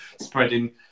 spreading